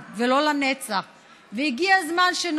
בסדר, אבל העם